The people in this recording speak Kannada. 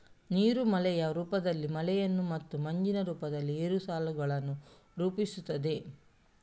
ನೀರು ಮಳೆಯ ರೂಪದಲ್ಲಿ ಮಳೆಯನ್ನು ಮತ್ತು ಮಂಜಿನ ರೂಪದಲ್ಲಿ ಏರೋಸಾಲುಗಳನ್ನು ರೂಪಿಸುತ್ತದೆ